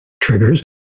triggers